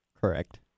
Correct